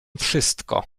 wszystko